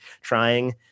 trying